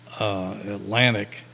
Atlantic